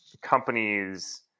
companies